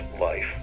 life